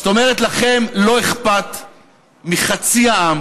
זאת אומרת, לכם לא אכפת מחצי העם